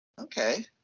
Okay